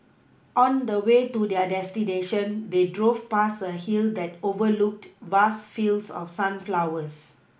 on the way to their destination they drove past a hill that overlooked vast fields of sunflowers